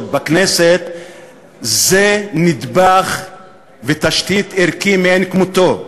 בכנסת הוא נדבך ותשתית ערכית מאין כמותו.